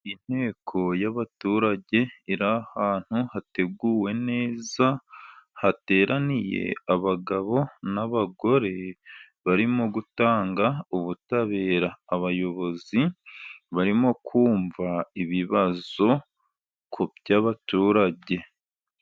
Inteko y'abaturage iri ahantu hateguwe neza, hateraniye abagabo n'abagore barimo gutanga ubutabera. Abayobozi barimo kumva ibibazo ku by'abaturage.